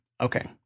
Okay